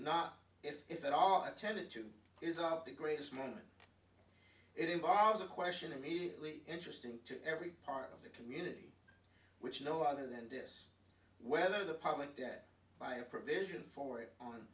not if at all i tell it to is about the greatest moment it involves a question immediately interesting to every part of the community which no other than this whether the public debt by a provision for it on